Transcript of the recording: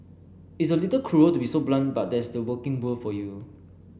it's a little cruel to be so blunt but that's the working world for you